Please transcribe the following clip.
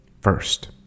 First